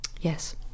yes